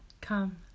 Come